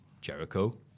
Jericho